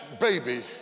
baby